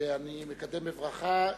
ואני מקדם אותו בברכה.